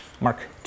Mark